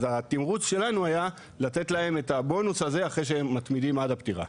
והתמרוץ שלנו היה לתת להם את הבונוס הזה אחרי שהם מתמידים עד הפטירה.